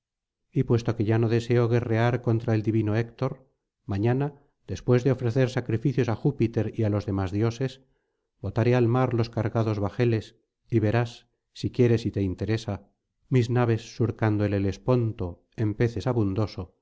y puesto que ya no deseo guerrear contra el divino héctor mañana después de ofrecer sacrificios á júpiter y á los demás dioses botaré al mar los cargados bajeles y verás si quieres y te interesa mis naves surcandoel helesponto en peces abundoso